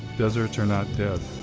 deserts are not dead.